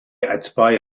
اتباع